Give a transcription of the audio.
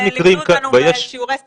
לימדו אותנו את זה בשיעורי סטטיסטיקה.